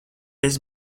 esi